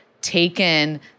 taken